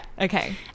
Okay